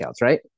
right